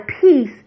peace